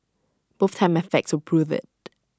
both time and facts will prove IT